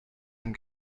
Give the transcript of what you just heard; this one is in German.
ein